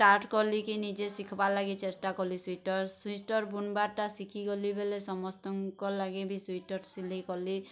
start କଲି କି ନିଜେ ଶିଖ୍ବା ଲାଗି ଚେଷ୍ଟା କଲି ସ୍ୱେଟର୍ ସ୍ୱେଟର୍ ବୁନ୍ବାଟା ଶିଖିଗଲି ବେଲେ ସମସ୍ତଙ୍କର୍ ଲାଗି ବି ସ୍ୱେଟର୍ ସିଲେଇକଲି